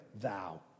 thou